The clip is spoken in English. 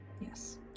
yes